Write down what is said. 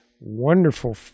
wonderful